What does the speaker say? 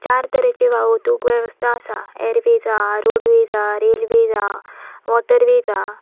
चार तरेचे वहतूक वेवस्था आसा एरवेज आसा रोडवेज आसा रेल्वे आसा वॉटरवेज आसा